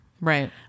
Right